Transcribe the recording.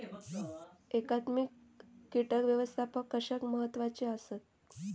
एकात्मिक कीटक व्यवस्थापन कशाक महत्वाचे आसत?